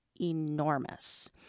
enormous